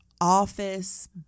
office